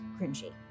cringy